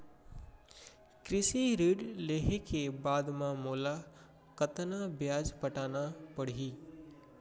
कृषि ऋण लेहे के बाद म मोला कतना ब्याज पटाना पड़ही?